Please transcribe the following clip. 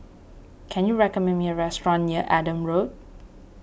can you recommend me a restaurant near Adam Road